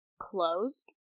closed